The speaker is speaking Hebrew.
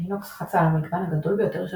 לינוקס רצה על המגוון הגדול ביותר של